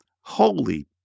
Holy